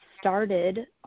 started